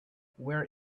where